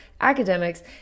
academics